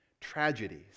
Tragedies